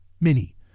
mini